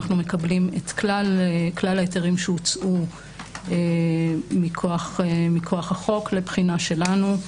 אנחנו מקבלים את כלל ההיתרים שהוצאו מכוח החוק לבחינה שלנו.